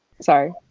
sorry